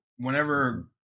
Whenever